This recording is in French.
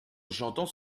j’entends